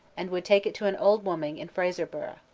and would take it to an old woman in fraserburgh.